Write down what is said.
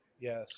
Yes